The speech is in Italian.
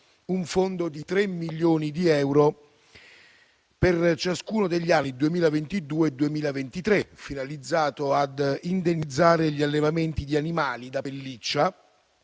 un fondo di 3 milioni di euro per ciascuno degli anni 2022 e 2023, finalizzato ad indennizzare gli allevamenti di animali da pelliccia,